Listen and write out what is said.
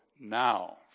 now